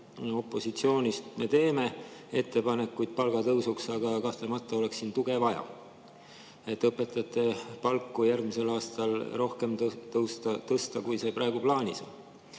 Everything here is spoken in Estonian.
opositsioonis me teeme ettepanekuid palgatõusuks, aga kahtlemata oleks siin tuge vaja, et õpetajate palku järgmisel aastal rohkem tõsta, kui see praegu plaanis on.